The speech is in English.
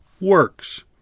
works